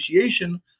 appreciation